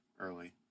early